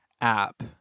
app